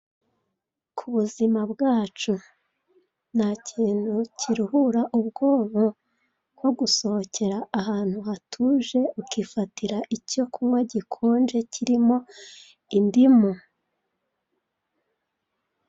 Ku buzima bwacu! Nta kintu kiruhura ubwonko nko gusohokera ahantu hatuje ukifatira icyo kunywa gikonje kirimo indimu.